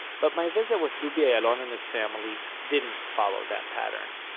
but my visit with dubi ayalon and his family, didn't follow that pattern.